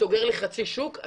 סוגר לי חצי שוק,